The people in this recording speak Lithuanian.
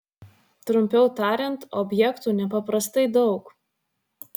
trumpiau tariant objektų nepaprastai daug